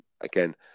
again